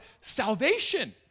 salvation